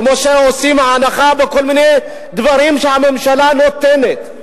כמו שעושים הנחה בכל מיני דברים שהממשלה נותנת.